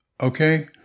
okay